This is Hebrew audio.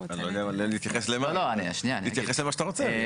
תתייחס למה שאתה רוצה.